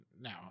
now